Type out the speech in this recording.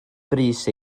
brys